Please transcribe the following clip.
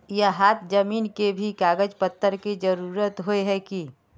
यहात जमीन के भी कागज पत्र की जरूरत होय है की?